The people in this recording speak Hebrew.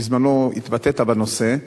בזמנו התבטאת בנושא,